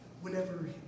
whenever